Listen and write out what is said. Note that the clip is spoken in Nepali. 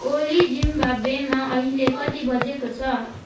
ओली जिम्बाबेमा अहिले कति बजेको छ